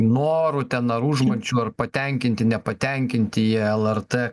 norų ten ar užmačių ar patenkinti nepatenkinti jie lrt